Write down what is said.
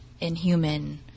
inhuman